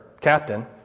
captain